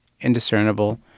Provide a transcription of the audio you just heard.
indiscernible